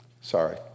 sorry